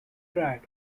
tried